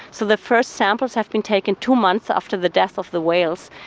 so the first samples have been taken two months after the death of the whales,